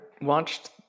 watched